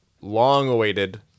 long-awaited